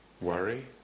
worry